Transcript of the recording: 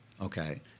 Okay